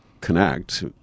connect